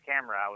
camera